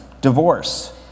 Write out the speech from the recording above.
divorce